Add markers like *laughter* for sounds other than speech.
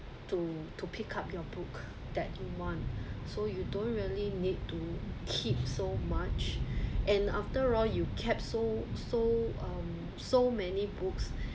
to to pick up your book that you want so you don't really need to keep so much *breath* and after all you kept so so um so many books